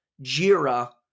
JIRA